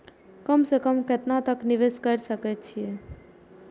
कम से कम केतना तक निवेश कर सके छी ए?